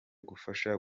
gufasha